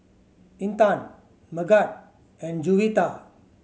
Intan Megat and Juwita